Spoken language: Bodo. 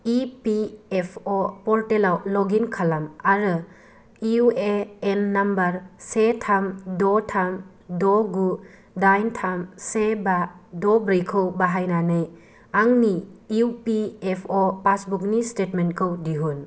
इ पि एफ अ' पर्टेलाव लग इन खालाम आरो इउ ए एन नाम्बर से थाम द' थाम द' गु दाइन थाम से बा द' ब्रैखौ बाहायनानै आंनि इ पि एफ अ' पासबुकनि स्टेटमेन्टखौ दिहुन